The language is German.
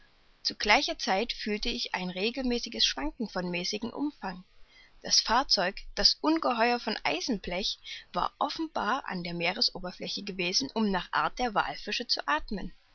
zu gleicher zeit fühlte ich ein regelmäßiges schwanken von mäßigem umfang das fahrzeug das ungeheuer von eisenblech war offenbar an der meeresoberfläche gewesen um nach art der wallfische zu athmen